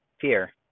Fear